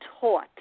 taught